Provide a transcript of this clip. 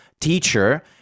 teacher